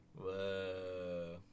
Whoa